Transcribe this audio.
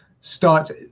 starts